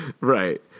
Right